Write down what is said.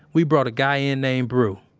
we brought a guy in named brew.